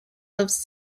lives